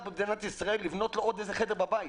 במדינת ישראל אפשרות לבנות עוד חדר בבית.